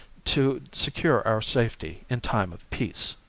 to secure our safety in time of peace.